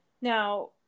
Now